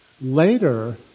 Later